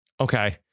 Okay